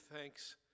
thanks